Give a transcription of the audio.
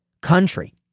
country